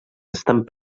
estant